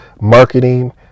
marketing